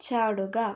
ചാടുക